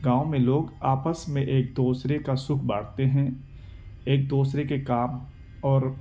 گاؤں میں لوگ آپس میں ایک دوسرے کا سکھ بانٹتے ہیں ایک دوسرے کے کام اور